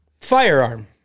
firearm